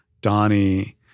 Donnie